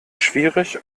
schwierig